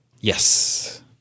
Yes